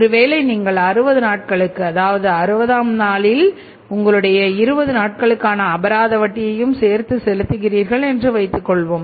ஒருவேளை நீங்கள் 60 நாட்களுக்கு அதாவது 60ஆம் நாளில் உங்களுடைய 20 நாட்களுக்கான அபராத வட்டியையும் சேர்த்து செலுத்துகிறீர்கள் என்று வைத்துக் கொள்வோம்